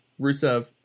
Rusev